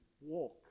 walk